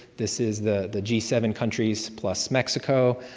this is the the g seven countries plus mexico,